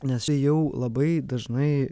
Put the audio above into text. nes čia jau labai dažnai